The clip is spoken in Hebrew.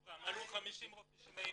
עלו 50 רופאי שיניים.